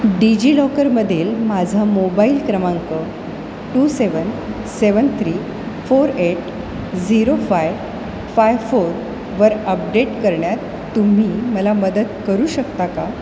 डिजिलॉकरमधील माझा मोबाईल क्रमांक two seven seven three four eight zero five five फोरवर अपडेट करण्यात तुम्ही मला मदत करू शकता का